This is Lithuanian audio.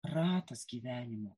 ratas gyvenimo